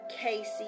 Casey